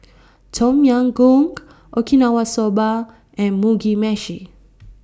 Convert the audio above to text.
Tom Yam Goong Okinawa Soba and Mugi Meshi